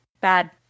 Bad